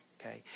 okay